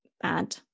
bad